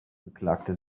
beklagte